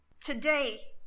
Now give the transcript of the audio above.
Today